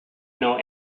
know